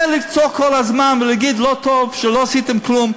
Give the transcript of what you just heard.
לא לצעוק כל הזמן ולהגיד: לא טוב שלא עשיתם כלום.